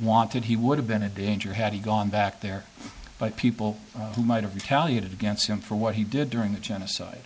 wanted he would have been a danger had he gone back there by people who might have retaliated against him for what he did during the genocide